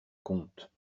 comte